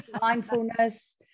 mindfulness